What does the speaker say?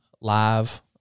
live